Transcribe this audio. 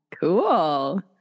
Cool